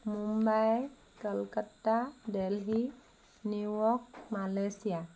Mumbai Kolkata Delhi New York Malaysia